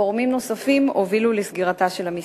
גורמים נוספים הובילו לסגירתה של המסעדה.